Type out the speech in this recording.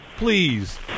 Please